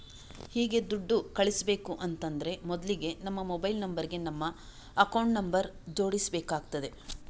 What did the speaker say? ಹೀಗೆ ದುಡ್ಡು ಕಳಿಸ್ಬೇಕು ಅಂತಾದ್ರೆ ಮೊದ್ಲಿಗೆ ನಮ್ಮ ಮೊಬೈಲ್ ನಂಬರ್ ಗೆ ನಮ್ಮ ಅಕೌಂಟ್ ನಂಬರ್ ಜೋಡಿಸ್ಬೇಕಾಗ್ತದೆ